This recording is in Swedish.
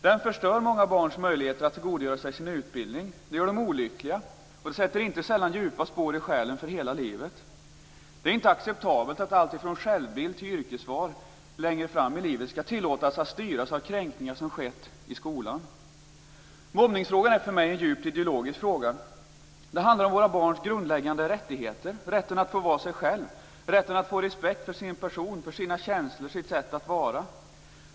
Den förstör många barns möjligheter att tillgodogöra sig sin utbildning. Den gör dem olyckliga och sätter inte sällan djupa spår i själen för hela livet. Det är inte acceptabelt att alltifrån självbild till yrkesval längre fram i livet tillåts styras av kränkningar som skett i skolan. Mobbningsfrågan är för mig en djupt ideologisk fråga. Den handlar om våra barns grundläggande rättigheter, rätten att få vara sig själv, rätten att få respekt för sin person, sina känslor, sitt sätt att vara.